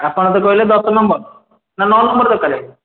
ଆପଣ ତ କହିଲେ ଦଶ ନମ୍ବର ନା ନଅ ନମ୍ବର ଦରକାର